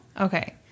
Okay